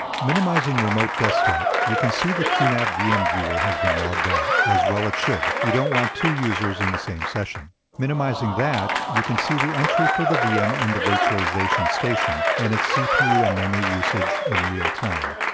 minimizing remote desktop, you can see the qnap vm viewer has been logged out, as well it should you don't want two users in the same session. minimizing that, you can see the entry for the vm in the virtualization station, and its cpu and memory usage in realtime.